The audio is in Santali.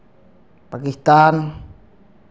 ᱯᱟᱠᱤᱥᱛᱟᱱ